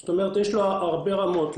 זאת אומרת יש לו הרבה רמות,